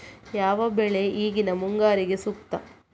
ಯಾವ ಬೆಳೆ ಈಗಿನ ಮುಂಗಾರಿಗೆ ಸೂಕ್ತ?